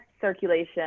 circulation